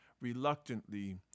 Reluctantly